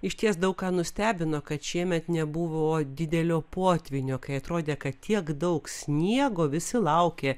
išties daug ką nustebino kad šiemet nebuvo didelio potvynio kai atrodė kad tiek daug sniego visi laukė